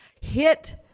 hit